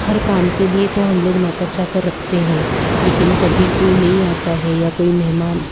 तो हर काम के लिए तो हम लोग नौकर चाकर रखते हैं लेकिन कभी कोई नहीं आता है या कोई मेहमान